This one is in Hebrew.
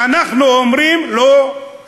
ואנחנו אומרים: לא,